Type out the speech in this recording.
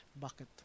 bucket